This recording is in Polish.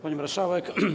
Pani Marszałek!